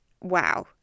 Wow